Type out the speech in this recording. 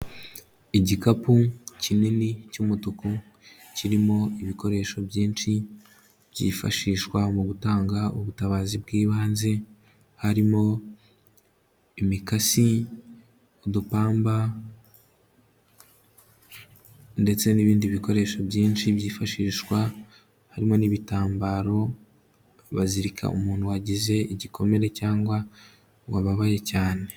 Igikapu kinini cy'umutuku kirimo ibikoresho byinshi, byifashishwa mu gutanga ubutabazi bw'ibanze, harimo imikasi, udupamba ndetse n'ibindi bikoresho byinshi byifashishwa, harimo n'ibitambaro bazirika umuntu wagize igikomere cyangwa wababaye cyane.